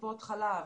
טיפות חלב,